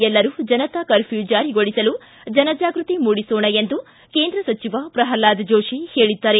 ಎಲ್ಲರೂ ಜನತಾ ಕರ್ಪ್ಕೂ ಜಾರಿಗೊಳಿಸಲು ಜನಜಾಗೃತಿ ಮೂಡಿಸೋಣ ಎಂದು ಕೇಂದ್ರ ಸಚಿವ ಪ್ರಲ್ಹಾದ ಜೋಶಿ ಹೇಳಿದ್ದಾರೆ